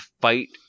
fight